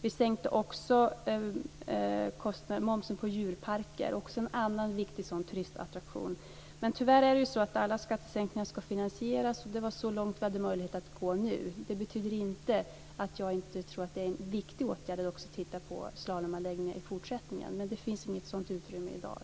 Vi sänkte också momsen för djurparker - en annan viktig turistattraktion. Tyvärr är det så att alla skattesänkningar ska finansieras, och det var så långt vi hade möjlighet att gå nu. Det betyder inte att jag inte tror att det är en viktig åtgärd att titta också på slalomanläggningar längre fram, men det finns inget sådant utrymme i dag.